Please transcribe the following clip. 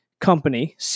Company